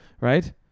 right